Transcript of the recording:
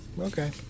Okay